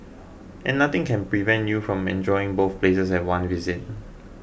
and nothing can prevent you from enjoying both places at one visit